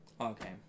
Okay